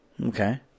okay